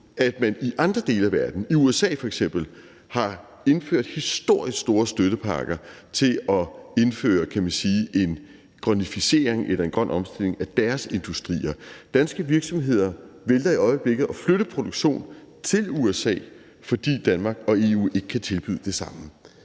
at de i andre dele af verden, i USA f.eks., har indført historisk store støttepakker til at indføre – kan man sige – en grønnifisering eller en grøn omstilling af deres industrier. Danske virksomheder vælger i øjeblikket at flytte produktion til USA, fordi Danmark og EU ikke kan tilbyde det samme.